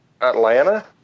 Atlanta